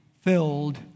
filled